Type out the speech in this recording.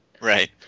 Right